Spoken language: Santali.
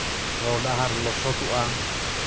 ᱦᱚᱨ ᱰᱟᱦᱟᱨ ᱞᱚᱥᱚᱫᱚᱜᱼᱟ